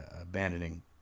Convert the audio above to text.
abandoning